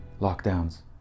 lockdowns